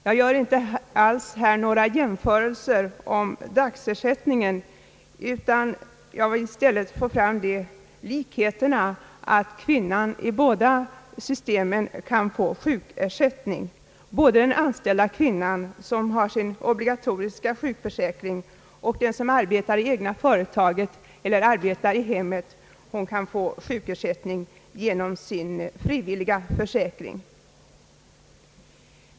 Jag gör inte alls här några jämförelser om dagsersättning utan jag vill i stället få fram likheterna — att kvinnorna i båda systemen kan få sjukersättning. Både den anställda kvinnan som har sin obligatoriska sjukförsäkring och den som arbetar i det egna företaget eller arbetar i hemmet kan få sjukersättning, den senare genom sin frivilliga försäkring.